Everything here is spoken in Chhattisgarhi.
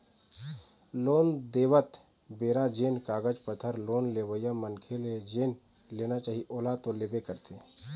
लोन देवत बेरा जेन कागज पतर लोन लेवइया मनखे ले जेन लेना चाही ओला तो लेबे करथे